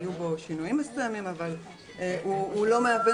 היו בו שינויים מסוימים, אבל הוא לא מהווה